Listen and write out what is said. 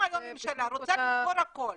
אם היום הממשלה רוצה לסגור הכול